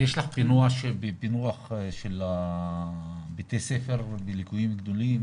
יש לך פילוח של בתי הספר בליקויים גדולים?